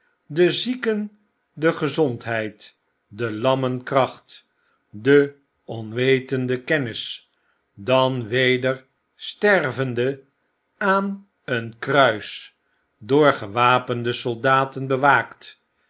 de zieken de gezondheid de lammen kracht de onwetenden kennis dan weder stervende aan een kruis door gewapende soldaten bewaakt